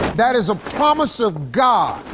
that is a promise of god.